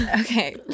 Okay